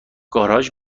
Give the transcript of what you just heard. گاراژ